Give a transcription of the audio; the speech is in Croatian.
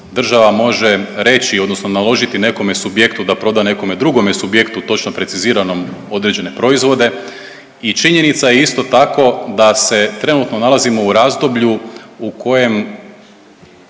država može reći odnosno naložiti nekome subjektu da proda nekome drugome subjektu točno preciziranom određene proizvode i činjenica je isto tako da se trenutno nalazimo u razdoblju u kojem